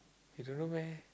you don't know meh